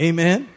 Amen